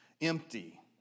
empty